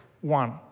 one